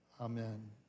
Amen